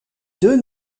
deux